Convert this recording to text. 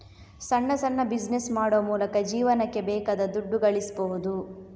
ಸಣ್ಣ ಸಣ್ಣ ಬಿಸಿನೆಸ್ ಮಾಡುವ ಮೂಲಕ ಜೀವನಕ್ಕೆ ಬೇಕಾದ ದುಡ್ಡು ಗಳಿಸ್ಬಹುದು